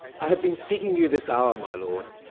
i have been seeking you this hour, my lord.